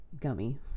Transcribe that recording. gummy